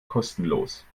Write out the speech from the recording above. kostenlos